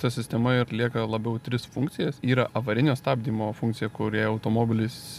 ta sistema atlieka labiau tris funkcijas yra avarinio stabdymo funkcija kuri automobilis